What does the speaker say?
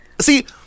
See